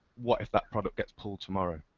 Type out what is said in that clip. what if that product gets pulled tomorrow?